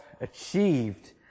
achieved